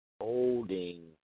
Holding